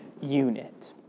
unit